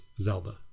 Zelda